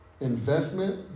Investment